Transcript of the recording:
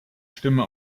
stimme